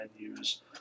menus